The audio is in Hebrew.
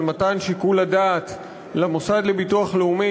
של מתן שיקול הדעת למוסד לביטוח לאומי